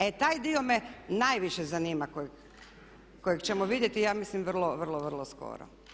E taj dio me najviše zanima kojeg ćemo vidjeti ja mislim vrlo, vrlo skoro.